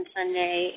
Sunday